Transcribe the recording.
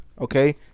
Okay